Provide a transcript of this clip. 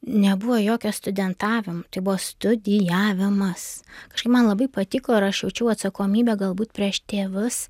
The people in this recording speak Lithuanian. nebuvo jokio studentavimo tai buvo studijavimas kažkaip man labai patiko ir aš jaučiau atsakomybę galbūt prieš tėvus